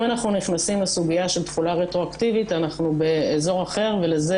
אם אנחנו נכנסים לסוגיה של תחולה רטרואקטיבית אנחנו באזור אחר ולזה